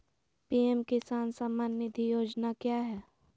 PM Kisan Samman Nidhi योजना क्या है?